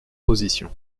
position